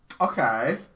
Okay